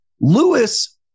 Lewis